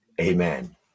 amen